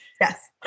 Yes